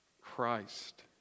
Christ